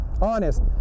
Honest